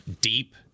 deep